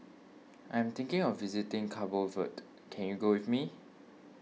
I am thinking of visiting Cabo Verde can you go with me